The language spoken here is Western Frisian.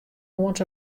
oant